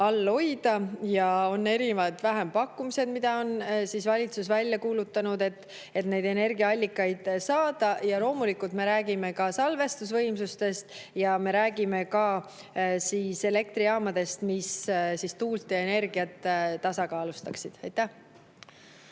all hoida. Ja on erinevad vähempakkumised, mis valitsus on välja kuulutanud, et neid energiaallikaid saada. Loomulikult me räägime ka salvestusvõimsustest ja me räägime ka elektrijaamadest, mis tuult ja energiat tasakaalustaksid. Aitäh!